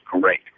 great